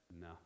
No